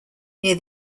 near